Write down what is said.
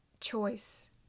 choice